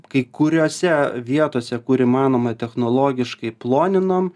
kai kuriose vietose kur įmanoma technologiškai ploninom